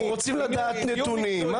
אנחנו רוצים לדעת נתונים,